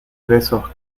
besos